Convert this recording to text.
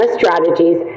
strategies